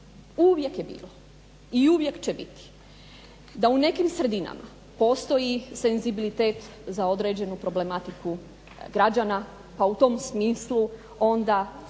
uvijek je bilo i uvijek će biti da u nekim sredinama postoji senzibilitet za određenu problematiku građana pa u tom smislu onda se